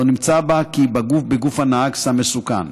לא נמצא בה בגוף הנהג סם מסוכן.